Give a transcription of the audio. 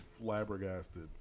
flabbergasted